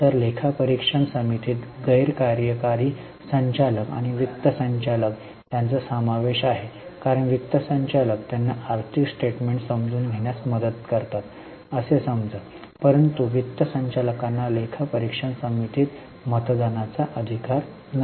तर लेखा परीक्षण समितीत गैर कार्यकारी संचालक आणि वित्त संचालक यांचा समावेश आहे कारण वित्त संचालक त्यांना आर्थिक स्टेटमेन्ट समजून घेण्यास मदत करतात असे समजा परंतु वित्त संचालकांना लेखा परीक्षण समितीत मतदानाचा अधिकार नाही